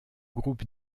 groupe